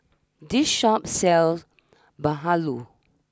this Shop sells Bahulu